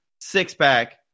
six-pack